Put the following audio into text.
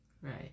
right